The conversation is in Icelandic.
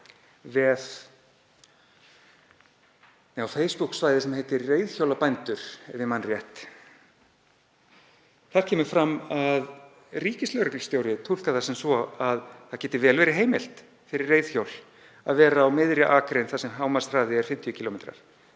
á Facebook-svæði sem heitir Reiðhjólabændur, ef ég man rétt. Þar kemur fram að ríkislögreglustjóri túlkar það sem svo að vel geti verið heimilt fyrir reiðhjól að vera á miðri akrein þar sem hámarkshraði er 50 km.